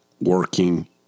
working